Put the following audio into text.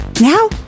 Now